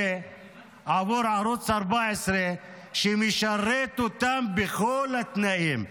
עבור ערוץ 14 שמשרת אותם בכל התנאים.